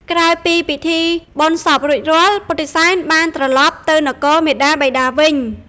ក្រោយពីពិធីបុណ្យសពរួចរាល់ ពុទ្ធិសែនបានត្រឡប់ទៅនគរមាតាបិតាវិញ។